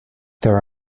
there